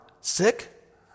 sick